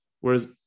Whereas